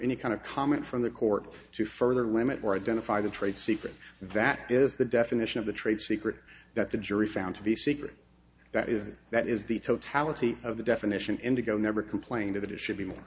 any kind of comment from the court to further limit or identify the trade secrets that is the definition of the trade secret that the jury found to be secret that is that is the totality of the definition indigo never complain that it should be more